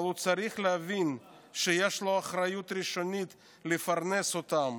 אבל הוא צריך להבין שיש לו אחריות ראשונית לפרנס אותם,